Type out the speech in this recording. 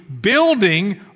building